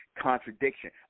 contradiction